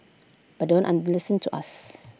but don't under listen to us